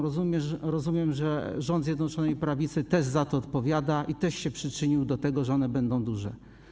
Rozumiem, że rząd Zjednoczonej Prawicy też za to odpowiada i też się przyczynił do tego, że one będą duże.